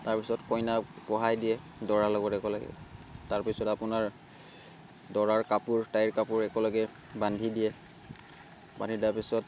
তাৰপিছত কইনাক বহাই দিয়ে দৰাৰ লগত একেলগে তাৰপিছত আপোনাৰ দৰাৰ কাপোৰ তাইৰ কাপোৰ একেলগে বান্ধি দিয়ে বান্ধি তাৰপিছত